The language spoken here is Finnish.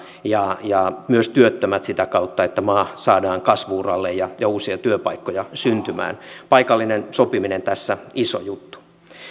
ja ja myös työttömät sitä kautta että maa saadaan kasvu uralle ja uusia työpaikkoja syntymään paikallinen sopiminen tässä on iso juttu